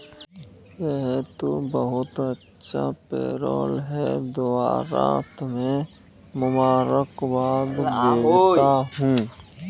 यह तो बहुत अच्छा पेरोल है दोबारा तुम्हें मुबारकबाद भेजता हूं